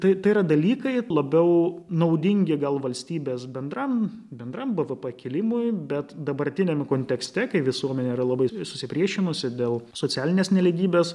tai tai yra dalykai labiau naudingi gal valstybės bendram bendram bvp kilimui bet dabartiniame kontekste kai visuomenė yra labai susipriešinusi dėl socialinės nelygybės